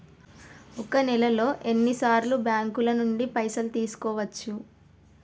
ఒక నెలలో ఎన్ని సార్లు బ్యాంకుల నుండి పైసలు తీసుకోవచ్చు?